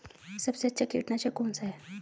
सबसे अच्छा कीटनाशक कौन सा है?